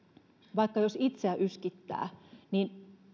vaikka itseä yskittää että